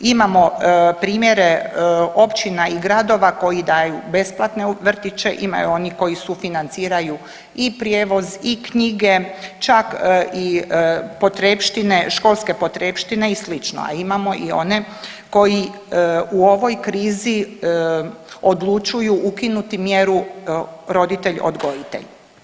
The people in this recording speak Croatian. Imamo primjere općina i gradova koji daju besplatne vrtiće, imaju oni koji sufinanciraju i prijevoz i knjige, čak i potrepštine, školske potrepštine i slično, a imamo i one koji u ovoj krizi odlučuju ukinuti mjeru roditelj odgojitelj.